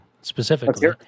specifically